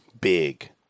big